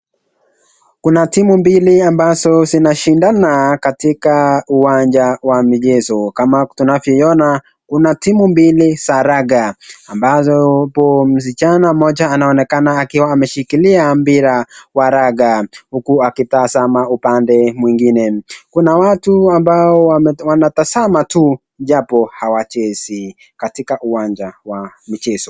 Kuna timu mbili ambazo zinashindana katika uwanja wa michezo. Kama tunavyoiona, kuna timu mbili za raga, ambazo yupo msichana mmoja anaonekana akiwa ameshikilia mpira wa raga, huku akitazama upande mwingine. Kuna watu ambao wanatazama tu japo hawachezi katika uwanja wa michezo.